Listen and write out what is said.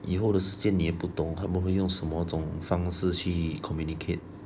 以后的事件你也不懂他们会用什么种方式去 communicate